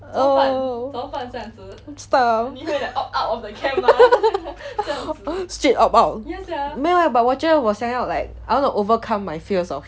oh start straight opt out 没有 leh 我会想要 overcome my fear of